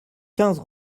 quinze